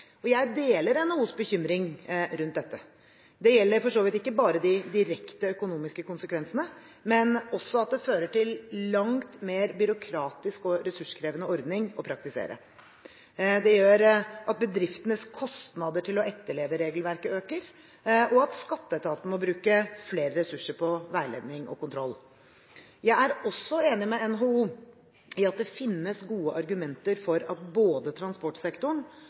Jeg deler NHOs bekymring rundt dette. Det gjelder for så vidt ikke bare de direkte økonomiske konsekvensene, men også at det fører til en langt mer byråkratisk og ressurskrevende ordning å praktisere. Det gjør at bedriftenes kostnader til å etterleve regelverket øker, og at skatteetaten må bruke flere ressurser på veiledning og kontroll. Jeg er også enig med NHO i at det finnes gode argumenter for at både transportsektoren